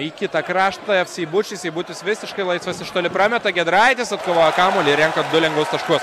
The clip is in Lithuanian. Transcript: į kitą kraštą seibučiui seibutis visiškai laisvas iš toli prameta giedraitis atkovojo kamuolį renka du lengvus taškus